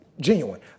genuine